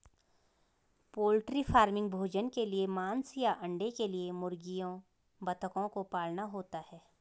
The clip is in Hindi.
पोल्ट्री फार्मिंग भोजन के लिए मांस या अंडे के लिए मुर्गियों बतखों को पालना होता है